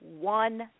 one